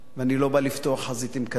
ואני לא בא לפתוח חזית עם קדימה.